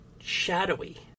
shadowy